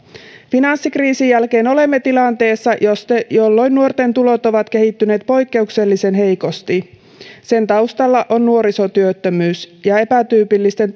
finanssikriisin jälkeen olemme tilanteessa jossa nuorten tulot ovat kehittyneet poikkeuksellisen heikosti sen taustalla ovat nuorisotyöttömyys ja epätyypillisten